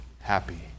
happy